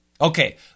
Okay